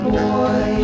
boy